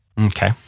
Okay